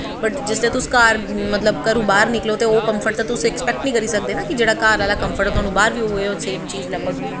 but जिसलै मतलब तुस घरों बाह्र निकलो ते ओह् कंफर्ट ते तुस अक्सपैक्ट निं करी सकदे ना कि जेह्ड़े घर आह्ला कंफर्ट ऐ उऐ तुआनू बाह्र लब्भग